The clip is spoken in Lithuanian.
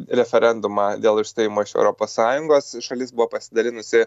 referendumą dėl išstojimo iš europos sąjungos šalis buvo pasidalinusi